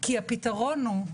כי הפתרון הוא,